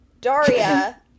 Daria